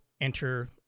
enter